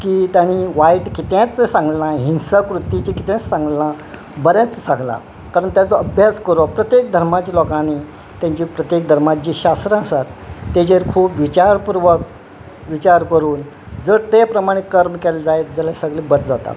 की ताणी वायट कितेंच सांगलां हिंसाकृतीचें कितेंच सांगला बरेंच सांगला कारण ताचो अभ्यास करप प्रत्येक धर्माच्या लोकांनी तांचे प्रत्येक धर्माचे जे शास्त्र आसात ताजेर खूब विचारपूर्वप विचार करून जर ते प्रमाणे कर्म केले जायत जाल्या सगळे बरें जाता